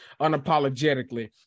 unapologetically